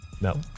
No